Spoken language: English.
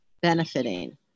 benefiting